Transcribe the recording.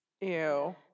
Ew